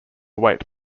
weight